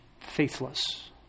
faithless